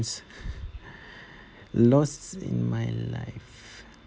loss in my life